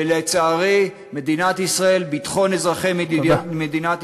ולצערי, במדינת ישראל, תודה.